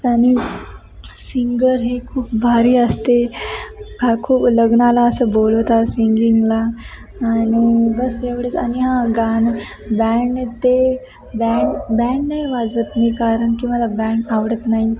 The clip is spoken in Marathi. आणि सिंगर हे खूप भारी असते का खूप लग्नाला असं बोलवतात सिंगिंगला आणि बस एवढेच आणि हा गाणं बँडने ते बँड बँड नाही वाजवत मी कारण की मला बँड आवडत नाही